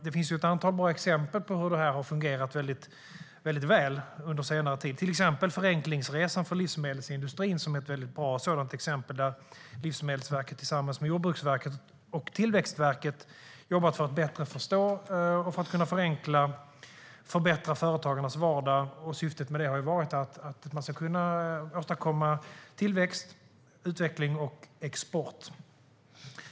Det finns ett antal bra exempel på hur det har fungerat väl under senare tid, till exempel Förenklingsresan livsmedelsindustrin. Livsmedelsverket tillsammans med Jordbruksverket och Tillväxtverket jobbar för att bättre förstå, förenkla och förbättra företagarnas vardag. Syftet är att åstadkomma tillväxt, utveckling och export.